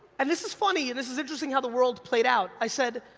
and this is funny, and this is interesting how the world played out, i said,